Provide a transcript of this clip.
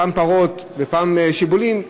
פעם פרות ופעם שיבולים?